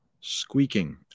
squeaking